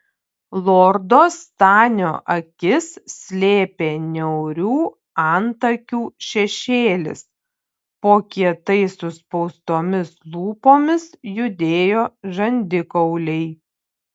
lordo stanio akis slėpė niaurių antakių šešėlis po kietai suspaustomis lūpomis judėjo žandikauliai